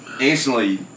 Instantly